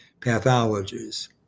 pathologies